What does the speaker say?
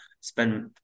spend